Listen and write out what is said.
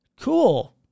Cool